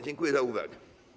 Dziękuję za uwagę.